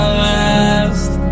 last